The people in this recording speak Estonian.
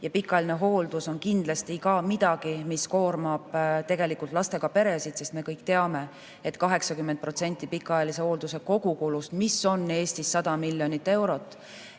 Pikaajaline hooldus on kindlasti ka midagi, mis koormab tegelikult lastega peresid, sest me kõik teame, et 80% pikaajalise hoolduse kogukulust, mis on Eestis 100 miljonit eurot,